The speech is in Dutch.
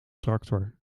tractor